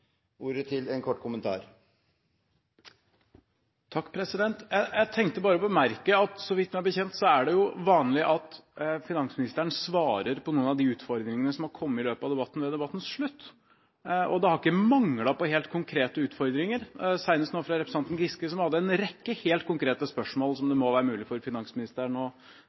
ordet til en kort merknad, begrenset til 1 minutt. Jeg tenkte bare å bemerke at så vidt jeg vet, er det vanlig at finansministeren svarer på noen av de utfordringene som har kommet i løpet av debatten, ved debattens slutt. Det har ikke manglet på helt konkrete utfordringer, senest nå fra representanten Giske, som hadde en rekke helt konkrete spørsmål som det må være mulig for finansministeren